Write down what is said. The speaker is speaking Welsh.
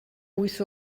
wyth